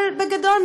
אבל בגדול,